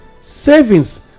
Savings